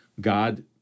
God